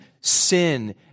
sin